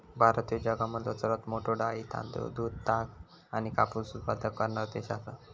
भारत ह्यो जगामधलो सर्वात मोठा डाळी, तांदूळ, दूध, ताग आणि कापूस उत्पादक करणारो देश आसा